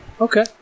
Okay